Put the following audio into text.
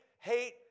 hate